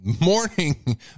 Morning